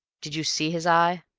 did you see his eye?